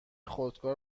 خودکار